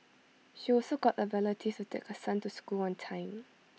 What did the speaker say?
she also got A relative to take her son to school on time